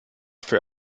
für